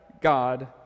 God